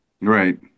Right